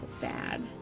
bad